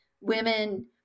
women